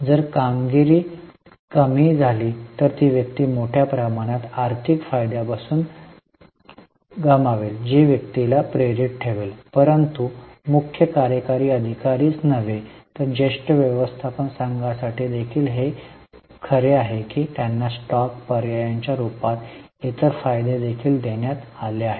जर कामगिरी कमी झाली तर ती व्यक्ती मोठ्या प्रमाणात आर्थिक फायद्यापासून गमावेल जी व्यक्तीला प्रेरित ठेवेल परंतु मुख्य कार्यकारी अधिकारी च नव्हे तर ज्येष्ठ व्यवस्थापन संघासाठी देखील हे खरे आहे की त्यांना स्टॉक पर्यायांच्या रूपात इतर फायदे देखील देण्यात आले आहेत